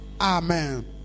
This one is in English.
Amen